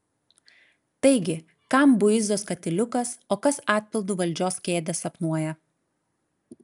taigi kam buizos katiliukas o kas atpildu valdžios kėdę sapnuoja